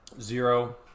Zero